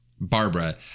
Barbara